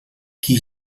qui